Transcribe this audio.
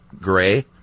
gray